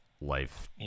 life